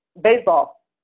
baseball